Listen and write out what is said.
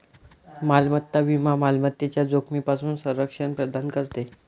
मालमत्ता विमा मालमत्तेच्या जोखमीपासून संरक्षण प्रदान करते